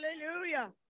Hallelujah